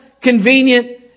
convenient